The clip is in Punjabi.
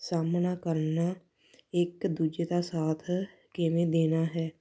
ਸਾਹਮਣਾ ਕਰਨਾ ਇੱਕ ਦੂਜੇ ਦਾ ਸਾਥ ਕਿਵੇਂ ਦੇਣਾ ਹੈ